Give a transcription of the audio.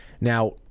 Now